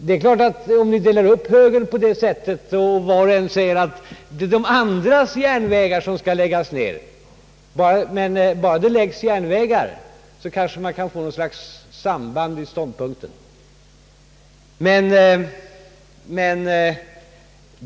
Delar man upp antalet järnvägar på det sättet och säger, att de andra länens järnvägar skall läggas ner, är det klart att man kan få något slags samförstånd.